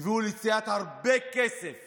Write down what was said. יביאו ליציאת הרבה כסף